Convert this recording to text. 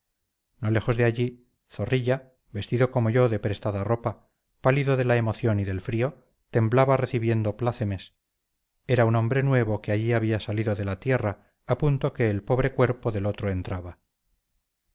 no lejos de allí zorrilla vestido como yo de prestada ropa pálido de la emoción y del frío temblaba recibiendo plácemes era un nombre nuevo que allí había salido de la tierra a punto que el pobre cuerpo del otro entraba